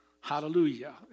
hallelujah